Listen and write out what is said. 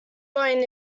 going